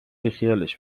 بیخیالش